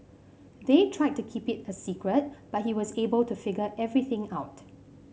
they tried to keep it a secret but he was able to figure everything out